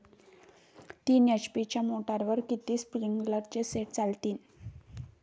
तीन एच.पी मोटरवर किती स्प्रिंकलरचे सेट चालतीन?